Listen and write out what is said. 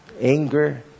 anger